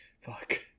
fuck